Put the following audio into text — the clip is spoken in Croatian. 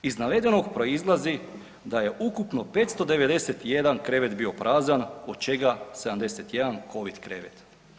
Iz navedenog proizlazi da je ukupno 591 krevet bio prazan od čega 71 covid krevet.